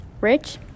Rich